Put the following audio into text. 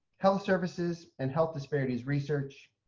health services, and health disparities research.